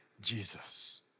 Jesus